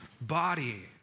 body